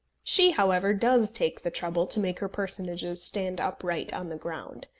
she, however, does take the trouble to make her personages stand upright on the ground.